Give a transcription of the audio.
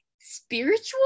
spiritual